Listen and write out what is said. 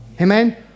Amen